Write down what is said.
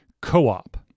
co-op